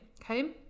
Okay